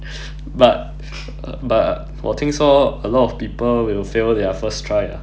but but 我听说 a lot of people will fail their first try ah